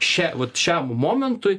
šai vat šiam momentui